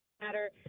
matter